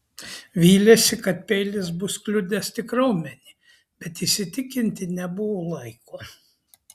vylėsi kad peilis bus kliudęs tik raumenį bet įsitikinti nebuvo laiko